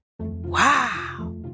Wow